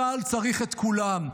צה"ל צריך את כולם,